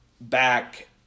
back